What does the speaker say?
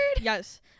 Yes